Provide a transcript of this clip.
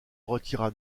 retira